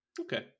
Okay